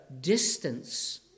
distance